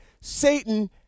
Satan